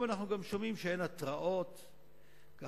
אלה לא,